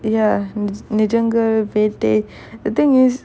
ya nij~ nijangal vettai the thing is